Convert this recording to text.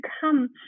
come